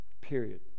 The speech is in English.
period